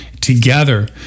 together